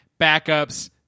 backups